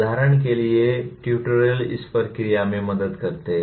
उदाहरण के लिए ट्यूटोरियल इस प्रक्रिया में मदद करते हैं